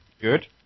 Good